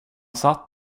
satt